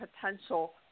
potential